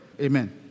Amen